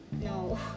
No